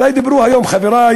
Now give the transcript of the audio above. אולי דיברו היום חברי